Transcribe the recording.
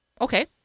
Okay